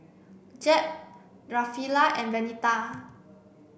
Jeb Rafaela and Venita